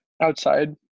outside